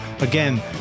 Again